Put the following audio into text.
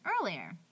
earlier